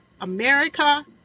America